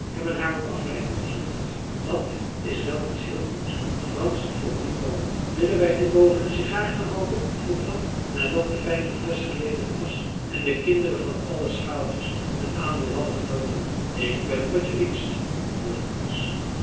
hebben haar wat afleiding bezorgd dat is wel eens heel goed frans vroeg niet waarom willen wij nu boven een sigaar gaan rooken vroeg jan nadat de fijne flesch geledigd was en de kinderen marcellus emants een drietal novellen van alle schaaltjes hun aandeel hadden genoten ik ben tot je dienst antwoordde frans